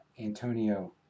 Antonio